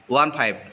one five